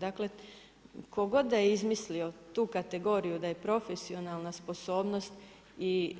Dakle, tko god da je izmislio tu kategoriju da je profesionalna sposobnost i